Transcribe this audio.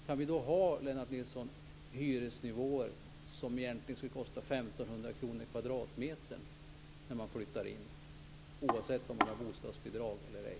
Lennart Nilsson, kan vi då ha hyresnivåer på 1 500 kr per kvadratmeter vid inflyttningen, oavsett om man har bostadsbidrag eller ej?